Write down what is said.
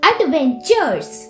Adventures